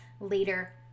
later